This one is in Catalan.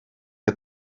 que